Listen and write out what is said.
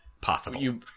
Possible